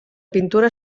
pintura